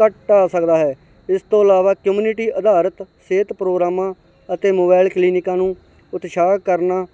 ਘਟਾ ਸਕਦਾ ਹੈ ਇਸ ਤੋਂ ਇਲਾਵਾ ਕਮਿਊਨਿਟੀ ਅਧਾਰਤ ਸਿਹਤ ਪ੍ਰੋਗਰਾਮਾਂ ਅਤੇ ਮੋਬਾਇਲ ਕਲੀਨਿਕਾਂ ਨੂੰ ਉਤਸ਼ਾਹ ਕਰਨ